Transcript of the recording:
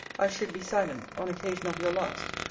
i should be silent, on occasion of your last,